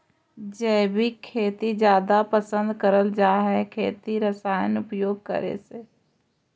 जैविक खेती जादा पसंद करल जा हे खेती में रसायन उपयोग करे से